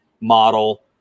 model